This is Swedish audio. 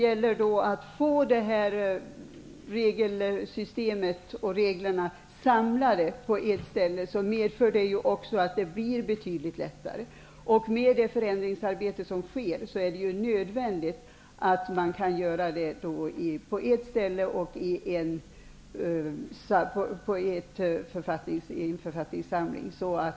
Att samla detta regelsystem på ett ställe innebär också att det blir betydligt lättare, och i och med det förändringsarbete som sker blir det nödvändigt med en författningssamling, så att reglerna blir lättillgängliga.